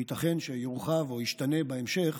בפיילוט שייתכן שיורחב או ישתנה בהמשך